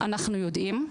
אנחנו יודעים,